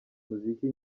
muziki